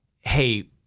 hey